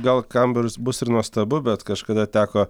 gal kam barius bus ir nuostabu bet kažkada teko